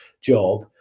job